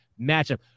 matchup